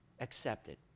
accepted